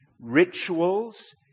rituals